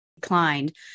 declined